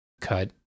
cut